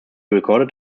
recorded